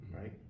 right